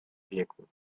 wieku